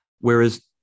Whereas